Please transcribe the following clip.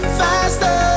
faster